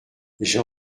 j’ai